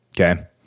Okay